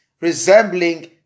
resembling